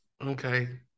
Okay